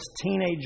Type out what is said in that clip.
teenage